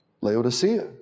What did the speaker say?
Laodicea